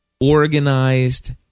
organized